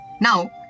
Now